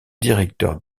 directeur